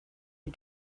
you